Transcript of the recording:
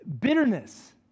Bitterness